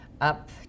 up